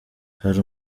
hari